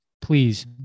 please